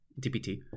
DPT